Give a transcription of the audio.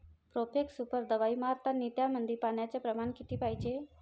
Profex super दवाई मारतानी त्यामंदी पान्याचं प्रमाण किती पायजे?